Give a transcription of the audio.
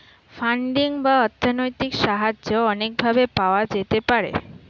funding বা অর্থনৈতিক সাহায্য অনেক ভাবে পাওয়া যেতে পারে